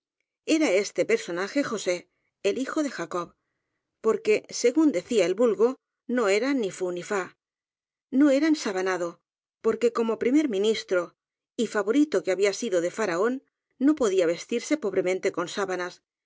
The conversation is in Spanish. era este personaje josé el hijo de jacob por que según decía el vulgo no era ni fú ni fá no era ensabanado porque como primer ministro y favorito que había sido de faraón no podía ves tirse pobremente con sábanas